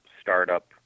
startup